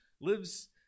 lives